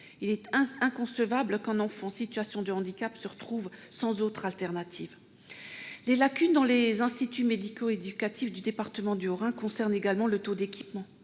Il est inconcevable qu'un enfant en situation de handicap se retrouve sans autre solution. Les lacunes dans les instituts médico-éducatifs du département du Haut-Rhin concernent également le taux d'équipement.